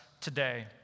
today